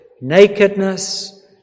Nakedness